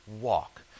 walk